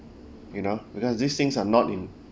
you know because these things are not in